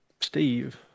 Steve